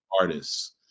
artists